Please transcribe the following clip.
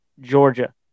georgia